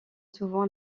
souvent